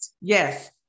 Yes